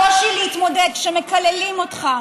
הקושי להתמודד כשמקללים אותך,